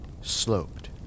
sloped